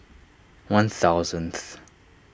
one thousandth